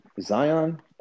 Zion